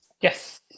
Yes